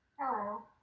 Hello